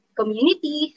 community